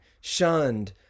shunned